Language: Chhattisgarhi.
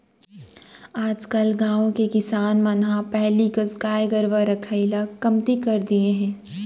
आजकल गाँव के किसान मन ह पहिली कस गाय गरूवा रखाई ल कमती कर दिये हें